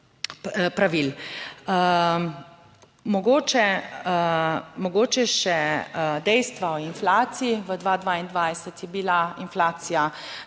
pravil. Mogoče, mogoče še dejstva o inflaciji. V 2022 je bila inflacija